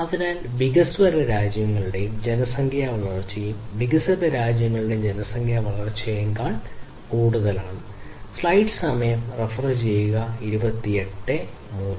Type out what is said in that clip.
അതിനാൽ വികസ്വര രാജ്യങ്ങളുടെയും ജനസംഖ്യാ വളർച്ചയും വികസിത രാജ്യങ്ങളുടെയും ജനസംഖ്യാ വളർച്ചയേക്കാളും കൂടുതലാണ്